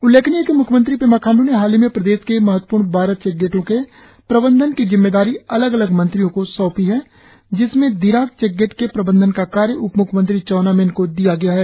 उल्लेखनीय है कि म्ख्यमंत्री पेमा खांड् ने हाल ही में प्रदेश के महत्वपूर्ण बारह चेकगेटों के प्रबंधन की जिम्मेदारी अलग अलग मंत्रियों को सौंपी है जिसमें दिराक चेकगेट के प्रबंधन का कार्य उपम्ख्यमंत्री चाउना मेन को दिया गया है